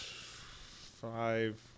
five